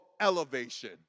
elevation